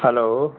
hello